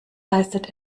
leistet